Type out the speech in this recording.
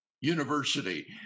university